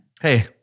Hey